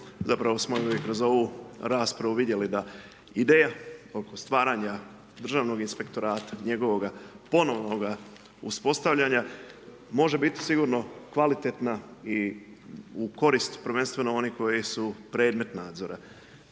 zapravo smo i kroz ovu raspravu vidjeli da ideja oko stvaranja Državnoga inspektorata, njegovoga ponovnoga uspostavljanja može biti sigurno kvalitetna i u korist prvenstveno onih koji su predmet nadzora.